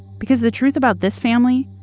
because the truth about this family,